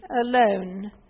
alone